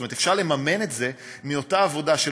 זאת אומרת, אפשר לממן את זה מאותה עבודה, כי